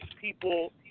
people